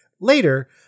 later